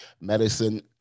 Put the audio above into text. medicine